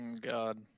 God